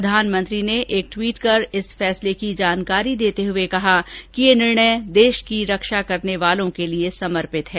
प्रधानमंत्री ने एक ट्वीट कर इस फैसले की जानकारी देते हुए कहा कि यह निर्णय देश की रक्षा करने वालों के लिए समर्पित है